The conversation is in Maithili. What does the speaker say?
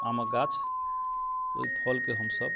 आमक गाछ ओइ फलके हमसब